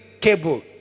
cable